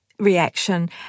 reaction